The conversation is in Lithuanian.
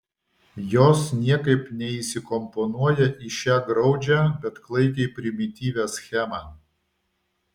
jos niekaip neįsikomponuoja į šią graudžią bet klaikiai primityvią schemą